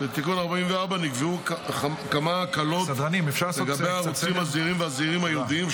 בתיקון 44 נקבעו כמה הקלות לערוצים הזעירים והזעירים הייעודים,